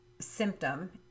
symptom